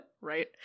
right